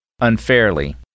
unfairly